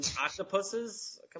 octopuses